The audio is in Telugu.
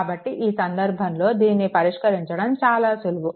కాబట్టి ఈ సందర్భంలో దీనిని పరిష్కరించడం చాలా సులువు